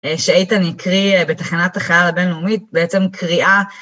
שאיתן הקריא בתחנת החלל הבינלאומית, בעצם קריאה...